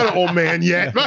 old man yeah yeah